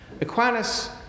Aquinas